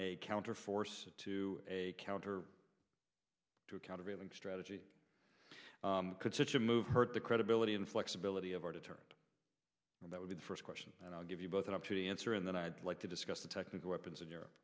a counter force to a counter to a countervailing strategy could such a move hurt the credibility and flexibility of our deterrent and that would be the first question and i'll give you both an up to the answer and then i'd like to discuss the technical weapons in